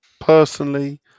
Personally